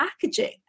packaging